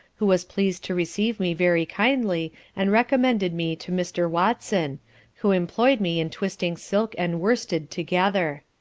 who was pleased to receive me very kindly and recommended me to mr. watson who employed me in twisting silk and worsted together.